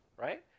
Right